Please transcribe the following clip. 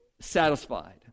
satisfied